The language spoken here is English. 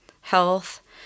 health